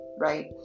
right